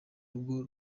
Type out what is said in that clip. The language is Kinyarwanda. rugo